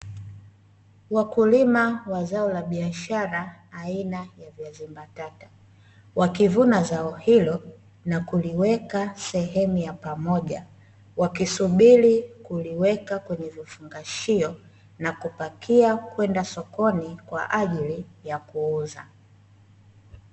Wakulima wa zao la biashara aina ya viazi mbatata wakivuna zao hilo na kuliweka sehemu ya pamoja, wakisubiri kuliweka kwenye vifungashio na kupakia kwenda sokoni kwaajili ya kuuza.